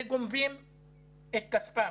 וגונבים את כספם,